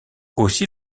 aussi